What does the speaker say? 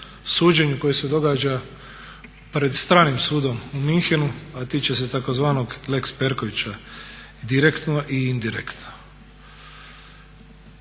suđenju koje se događa pred stranim sudom u Münchenu a tiče tzv. lex Perkovića direktno i indirektno.